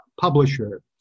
publisher